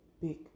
big